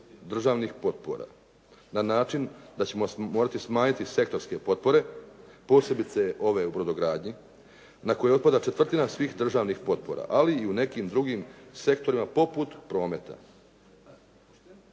državnih potpora, na način da ćemo morati smanjiti sektorske potpore, posebice na ove u brodogradnji na koje otpada četvrtina svih državni potpora. Ali i u nekim drugim sektorima poput prometa.